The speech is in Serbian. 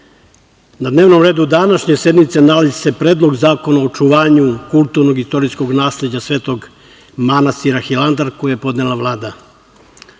na dnevnom redu današnje sednice nalazi se Predlog zakona o očuvanju kulturnog i istorijskog nasleđa Svetog manastira Hilandar, koji je podnela Vlada. Na